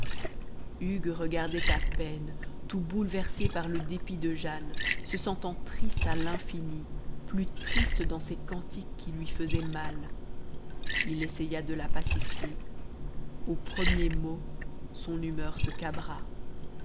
hugues regardait à peine tout bouleversé par le dépit de jane se sentant triste à l'infini plus triste dans ces cantiques qui lui faisaient mal il essaya de la pacifier au premier mot son humeur se cabra